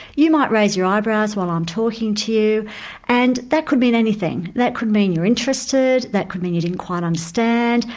you might raise your eyebrows while i'm talking to you and that could mean anything, that could mean you're interested, that could mean you didn't quite understand,